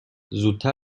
زودتر